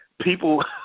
people